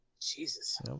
Jesus